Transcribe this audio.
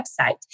website